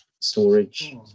storage